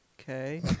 okay